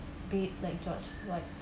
big like george what